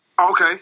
Okay